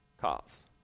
cause